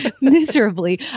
miserably